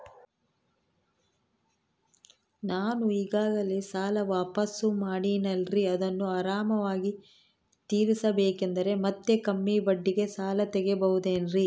ನಾನು ಈಗಾಗಲೇ ಸಾಲ ವಾಪಾಸ್ಸು ಮಾಡಿನಲ್ರಿ ಅದನ್ನು ಆರಾಮಾಗಿ ತೇರಿಸಬೇಕಂದರೆ ಮತ್ತ ಕಮ್ಮಿ ಬಡ್ಡಿಗೆ ಸಾಲ ತಗೋಬಹುದೇನ್ರಿ?